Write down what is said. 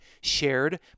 shared